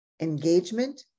engagement